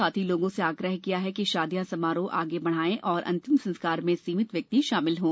साथ ही लोगों से आग्रह किया कि शादियाँ समारोह आगे बढ़ाएं और अंतिम संस्कार में सीमित व्यक्ति शामिल हों